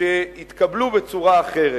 שיתקבלו בצורה אחרת.